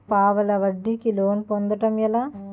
పావలా వడ్డీ కి లోన్ పొందటం ఎలా?